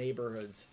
neighborhoods